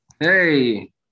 Hey